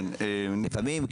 לפעמים,